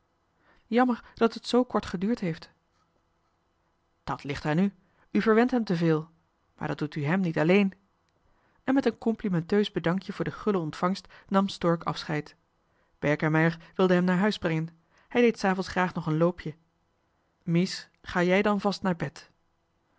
jammer dat het zoo kort geduurd heeft dat ligt aan u u verwent hem te veel maar dat doet u hem niet alleen en met een complimenteus bedankje voor de gulle ontvangst nam stork afscheid berkemeier wilde hem naar huis brengen hij deed s avonds graag nog een loopje mies ga jij dan vast naar bed